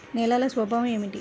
నేలల స్వభావం ఏమిటీ?